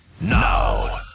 now